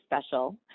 special